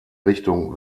richtung